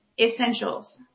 essentials